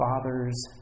Father's